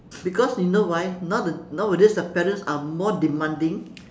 because you know why now the nowadays the parents are more demanding